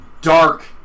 Dark